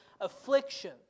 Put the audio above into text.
affliction